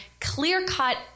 clear-cut